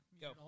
Go